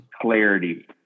clarity